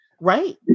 Right